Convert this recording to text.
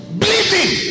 bleeding